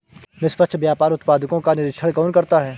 निष्पक्ष व्यापार उत्पादकों का निरीक्षण कौन करता है?